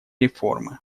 реформы